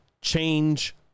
change